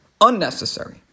unnecessary